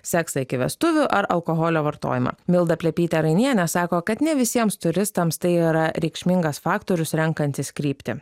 seksą iki vestuvių ar alkoholio vartojimą milda plepytė rainienė sako kad ne visiems turistams tai yra reikšmingas faktorius renkantis kryptį